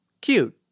Cute